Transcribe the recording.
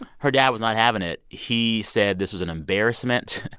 her dad was not having it. he said this was an embarrassment.